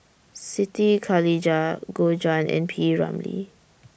Siti Khalijah Gu Juan and P Ramlee